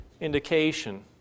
indication